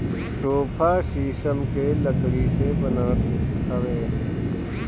sofa शीशम के लकड़ी से बनत हवे